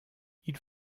ils